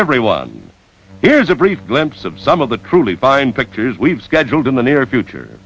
everyone here's a brief glimpse of some of the truly fine pictures we've scheduled in the near future